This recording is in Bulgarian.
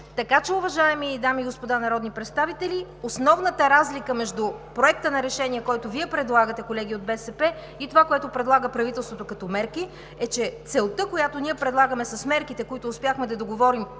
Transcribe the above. Така че, уважаеми дами и господа народни представители, основната разлика между Проекта на решение, който Вие предлагате, колеги от БСП, и това, което предлага правителството като мерки, е, че целта, която ние предлагаме с мерките, които успяхме да договорим